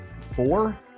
four